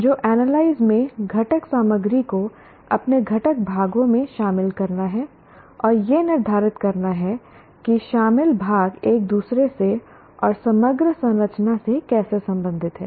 तो एनालाइज में घटक सामग्री को अपने घटक भागों में शामिल करना और यह निर्धारित करना कि शामिल भाग एक दूसरे से और समग्र संरचना से कैसे संबंधित हैं